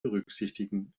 berücksichtigen